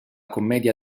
commedia